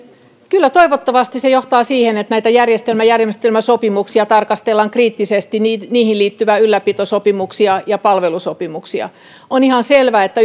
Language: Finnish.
kyllä toivottavasti se johtaa siihen että järjestelmiä ja järjestelmäsopimuksia tarkastellaan kriittisesti niihin liittyviä ylläpitosopimuksia ja palvelusopimuksia on ihan selvää että